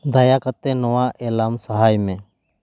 ᱫᱟᱭᱟ ᱠᱟᱛᱮᱫ ᱱᱚᱣᱟ ᱮᱞᱟᱨᱢ ᱥᱟᱦᱟᱭ ᱢᱮ